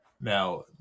Now